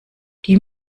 die